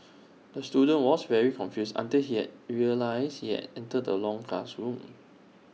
the student was very confused until he realised he entered the wrong classroom